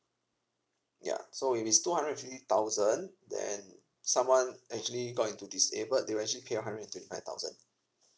ya so if it's two hundred and fifty thousand then someone actually got into disabled they will actually pay out hundred and twenty five thousand